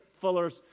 Fuller's